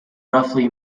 roughly